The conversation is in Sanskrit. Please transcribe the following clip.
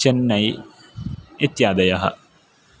चेन्नै इत्यादयः